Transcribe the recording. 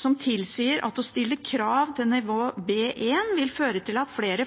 som tilsier at å stille krav til nivå B1 vil føre til at flere